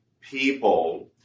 people